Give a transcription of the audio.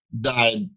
died